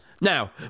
now